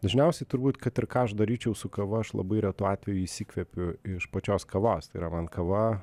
dažniausiai turbūt kad ir ką aš daryčiau su kava aš labai retu atveju įsikvepiu iš pačios kavos tai yra man kava